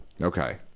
okay